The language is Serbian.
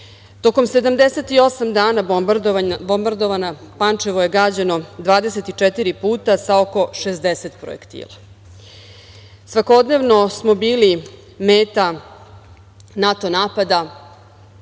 78 dana bombardovanja, Pančevo je gađano 24 puta sa oko 60 projektila. Svakodnevno smo bili meta NATO napada